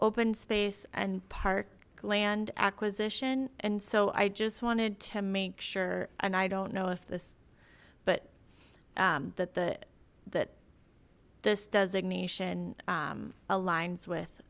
open space and park land acquisition and so i just wanted to make sure and i don't know if this but that the that this designation aligns with